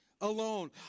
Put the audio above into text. alone